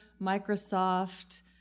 Microsoft